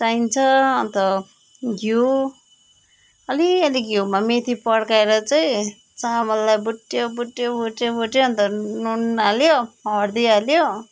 चाहिन्छ अन्त घिउ अलिअलि घिउमा मेथी पड्काएर चाहिँ चामललाई भुट्यो भुट्यो भुट्यो भुट्यो अन्त नुन हाल्यो हर्दी हाल्यो